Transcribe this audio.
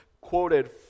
quoted